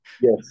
Yes